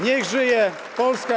Niech żyje Polska!